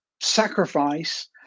sacrifice